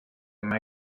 mei